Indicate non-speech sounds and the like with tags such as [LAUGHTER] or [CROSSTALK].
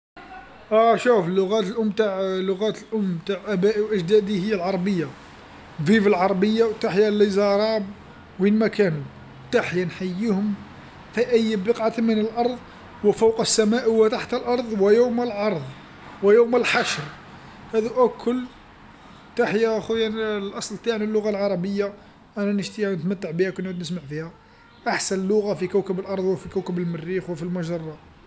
﻿آ شوف لغات الأم تاع [HESITATION] لغات الأم تاع آبائي وأجدادي هي العربية. فيف العربية وتحيا ليزاراب وين ما كانوا. تحيا نحييهم في أي بقعة من الأرض وفوق السماء وتحت الأرض ويوم العرض، ويوم الحشر. هاذو ألكل، تحيا خويا [HESITATION] الأصل تاعنا اللغة العربية، أنا نشتيها و نتمتع بيها كون نعود نسمع فيها. أحسن لغة في كوكب الأرض وفي كوكب المريخ وفي المجرة.